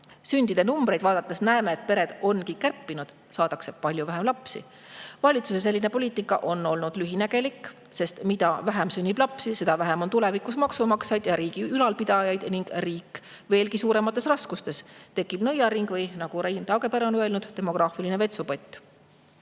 Sündide numbreid vaadates näeme, et pered ongi kärpinud – saadakse palju vähem lapsi. Valitsuse selline poliitika on olnud lühinägelik, sest mida vähem sünnib lapsi, seda vähem on tulevikus maksumaksjaid ja riigi ülalpidajaid ning riik on veelgi suuremates raskustes. Tekib nõiaring või nagu Rein Taagepera on öelnud: demograafiline vetsupott.